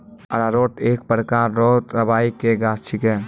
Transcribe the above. अरारोट एक प्रकार रो दवाइ के गाछ छिके